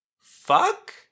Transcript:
Fuck